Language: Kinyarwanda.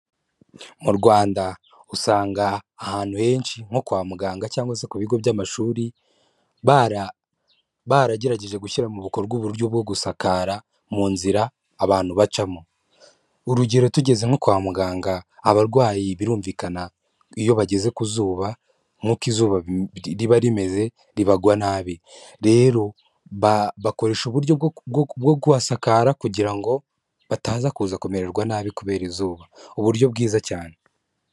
Mu Rwanda usanga ahantu henshi nko kwa muganga cyangwa se ku bigo by'amashuri bara baragerageje gushyira mu bikorwa uburyo bwo gusakara mu nzira abantu bacamo, urugero tugeze nko kwa muganga abarwayi birumvikana iyo bageze ku zuba nk'uko izuba riba rimeze ribagwa nabi rero bakoresha uburyo bwo bwo kuhasakara kugira ngo bataza kuza kumererwa nabi kubera izuba uburyo bwiza cyane.